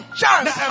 chance